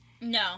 No